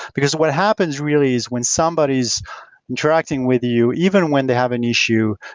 because what happens really is when somebody is interacting with you, even when they have an issue,